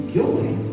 Guilty